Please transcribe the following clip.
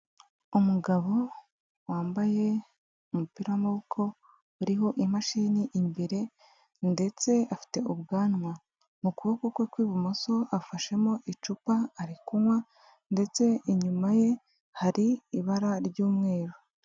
Umugabo wambaye umupira w'amaboko uriho imashini imbere ndetse afite ubwanwa, mu kuboko kwe kw'ibumoso afashemo icupa ari kunywa ndetse inyuma ye hari ibara ry'umweru.